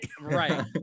Right